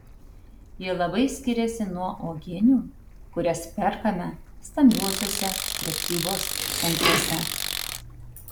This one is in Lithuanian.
ji labai skiriasi nuo uogienių kurias perkame stambiuosiuose prekybos centruose